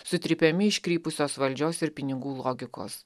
sutrypiami iškrypusios valdžios ir pinigų logikos